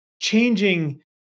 changing